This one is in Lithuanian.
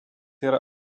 yra